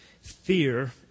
fear